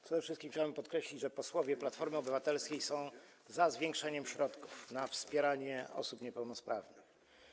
Przede wszystkim chciałbym podkreślić, że posłowie Platformy Obywatelskiej są za zwiększeniem środków na wspieranie osób niepełnosprawnych.